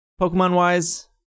Pokemon-wise